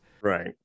Right